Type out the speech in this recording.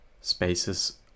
spaces